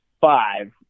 five